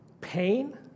pain